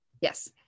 Yes